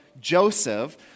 joseph